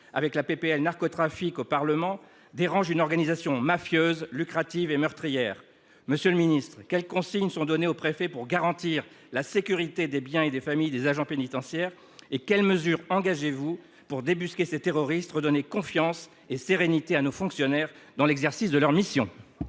avec la PPL narcotrafique au Parlement dérangent une organisation mafieuse, lucrative et meurtrière. Monsieur le Ministre, quelles consignes sont données au préfet pour garantir la sécurité des biens et des familles des agents pénitentiaires ? Et quelles mesures engagez-vous pour débusquer ces terroristes, redonner confiance et sérénité à nos fonctionnaires dans l'exercice de leurs missions ?